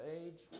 age